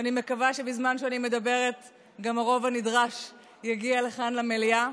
ואני מקווה שבזמן שאני מדברת גם הרוב הנדרש יגיע לכאן למליאה.